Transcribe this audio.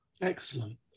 excellent